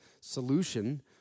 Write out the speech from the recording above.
solution